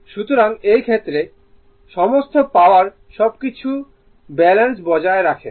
সুতরাং এই ক্ষেত্রে সমস্ত পাওয়ার সবকিছুর ভারসাম্য বজায় রাখে